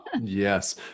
yes